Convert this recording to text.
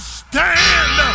stand